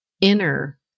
inner